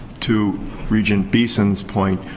to regent beeson's point,